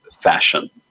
fashion